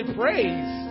praise